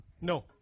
No